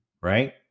right